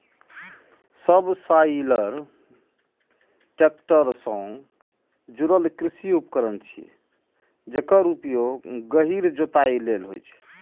subsoiler tractor सं जुड़ल कृषि उपकरण छियै, जेकर उपयोग गहींर जोताइ लेल होइ छै